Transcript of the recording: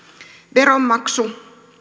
veronmaksu